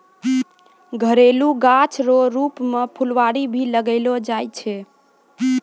घरेलू गाछ रो रुप मे फूलवारी भी लगैलो जाय छै